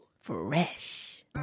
Fresh